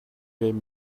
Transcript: gave